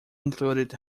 included